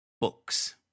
Books